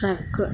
truck